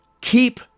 keep